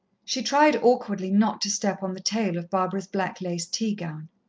she tried awkwardly not to step on the tail of barbara's black lace teagown.